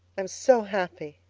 i'm so happy,